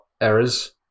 errors